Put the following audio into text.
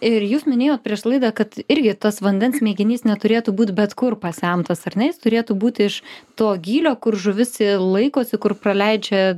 ir jūs minėjot prieš laidą kad irgi tas vandens mėginys neturėtų būt bet kur pasemtas ar ne jis turėtų būti iš to gylio kur žuvis laikosi kur praleidžia